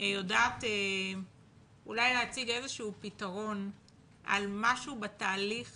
יודעת אולי להציג איזה שהוא פתרון על משהו בתהליך